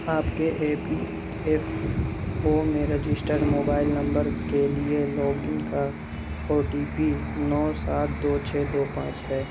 آپ کے E P F O میں رجسٹر موبائل نمبر کے لیے لاگ ان کا او ٹی پی نو سات دو چھ دو پانچ ہے